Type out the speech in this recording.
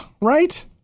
right